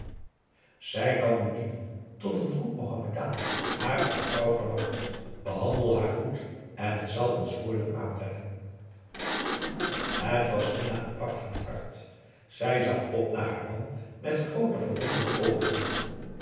zij kan u dienen tot een goed mohammedaan haar als vrouw verlangt behandel haar goed en het zal ons voordeel aanbrengen het was minah een pak van het hart zij zag op naar haar man met groote verwonderde oogen